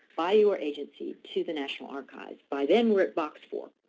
by your agency to the national archives. by then we are at box four.